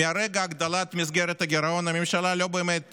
מרגע הגדלת מסגרת הגירעון, הממשלה לא באמת